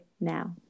now